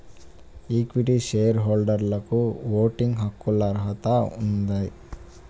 equity share హోల్డర్లకుఓటింగ్ హక్కులకుఅర్హత ఉంది